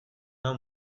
nau